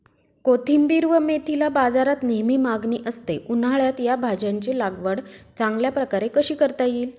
कोथिंबिर व मेथीला बाजारात नेहमी मागणी असते, उन्हाळ्यात या भाज्यांची लागवड चांगल्या प्रकारे कशी करता येईल?